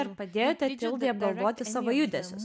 ar padėjote tildai apgalvoti savo judesius